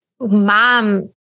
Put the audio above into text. mom